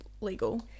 legal